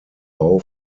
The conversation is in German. bau